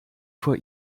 vor